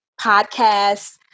podcasts